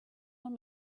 want